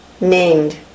named